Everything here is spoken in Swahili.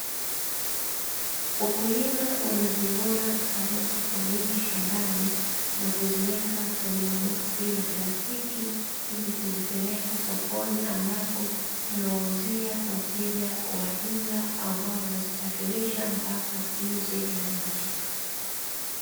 Wakulima wanazivuna karoti kwa wingi shambani, na kuziweka kwenye maboksi ya prastiki, ili kuzipeleka sokoni ambapo wanawauzia wateja wa jumala ambao wanazisafilisha mpaka nje ya nchi.